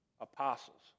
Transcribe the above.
apostles